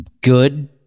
good